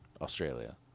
Australia